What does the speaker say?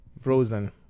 Frozen